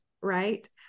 right